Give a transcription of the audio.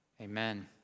Amen